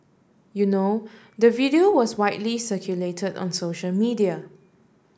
you know the video was widely circulated on social media